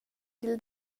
dil